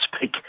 speak